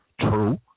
True